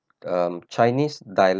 um chinese dialect